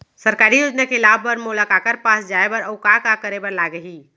सरकारी योजना के लाभ बर मोला काखर पास जाए बर अऊ का का करे बर लागही?